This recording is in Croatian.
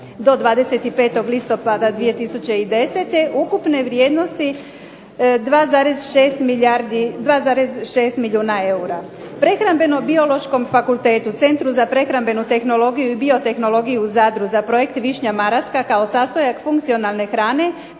do 25. listopada 2010. ukupne vrijednosti 2,6 milijuna eura. Prehrambeno biološkom fakultetu, Centru za prehrambenu tehnologiju i biotehnologiju u Zadru, za projekt višnja Maraska kao sastojak funkcionalne hrane,